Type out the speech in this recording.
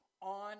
on